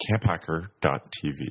camphacker.tv